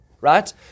right